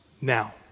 now